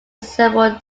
several